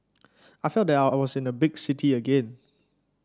I felt that I was in a big city again